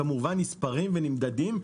הם כמובן נספרים ונמדדים,